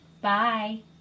Bye